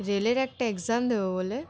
রেলের একটা এক্সাম দেবো বলে